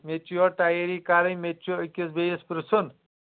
مےٚ تہِ چِھ یورٕ تَیٲری کَرٕنۍ مےٚ تہِ چُھ أکس بیٚیس پرٛژھُن